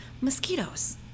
mosquitoes